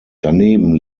daneben